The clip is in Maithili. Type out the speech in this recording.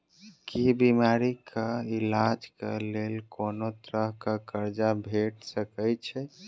की बीमारी कऽ इलाज कऽ लेल कोनो तरह कऽ कर्जा भेट सकय छई?